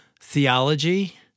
theology